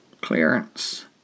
clearance